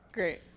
Great